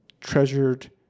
treasured